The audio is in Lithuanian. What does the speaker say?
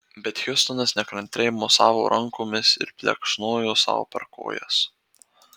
bet hiustonas nekantriai mosavo rankomis ir plekšnojo sau per kojas